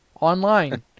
online